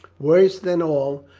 worse than all,